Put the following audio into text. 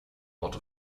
otto